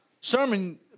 sermon